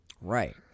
Right